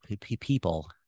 people